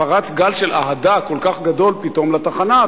פרץ גל של אהדה כל כך גדול פתאום לתחנה,